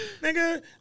nigga